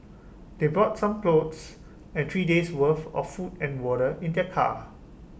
they brought some clothes and three days' worth of food and water in their car